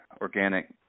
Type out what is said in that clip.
organic